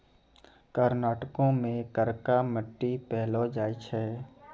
कर्नाटको मे करका मट्टी पायलो जाय छै